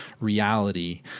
reality